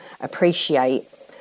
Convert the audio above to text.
appreciate